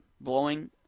blowing